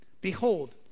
Behold